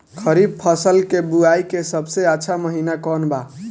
खरीफ फसल के बोआई के सबसे अच्छा महिना कौन बा?